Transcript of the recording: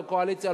לא קואליציה,